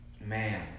Man